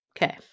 Okay